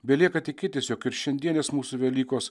belieka tikėtis jog ir šiandienės mūsų velykos